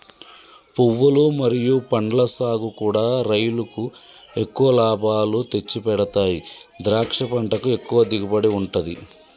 పువ్వులు మరియు పండ్ల సాగుకూడా రైలుకు ఎక్కువ లాభాలు తెచ్చిపెడతాయి ద్రాక్ష పంటకు ఎక్కువ దిగుబడి ఉంటది